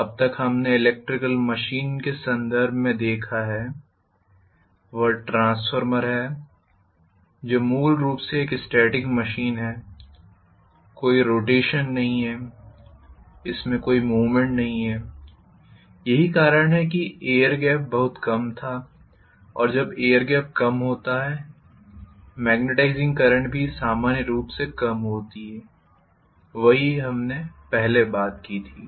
अब तक हमने ईलेक्ट्रिकल मशीन्स के संदर्भ में जो देखा है वह ट्रांसफार्मर है जो मूल रूप से एक स्टेटिक मशीन है कोई रोटेशन नहीं है इसमें कोई मूवमेंट नहीं है और यही कारण है कि एयर गेप बहुत कम था और जब एयर गेप कम होता है मैग्नेटाइज़िंग करंट भी सामान्य रूप से कम होती है वही हमने पहले बात की थी